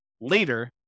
later